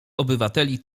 obywateli